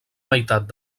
meitat